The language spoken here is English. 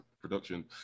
production